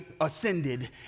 ascended